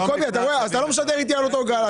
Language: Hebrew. אתה לא משדר איתי על אותו גל.